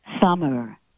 summer